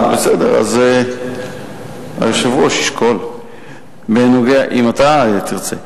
בסדר, אז היושב-ראש ישקול, אם אתה תרצה.